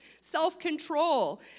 self-control